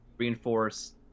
Reinforce